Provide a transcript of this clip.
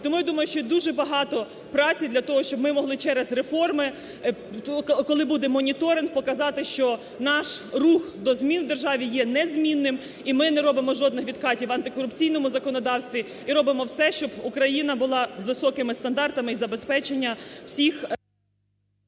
Тому, я думаю, дуже багато праці для того, щоб ми могли через реформи, коли буде моніторинг показати, що наш рух до змін в державі є незмінним і ми не робимо жодних відкатів в антикорупційному законодавстві, і робимо все, щоб Україна була з високими стандартами і забезпечення всіх…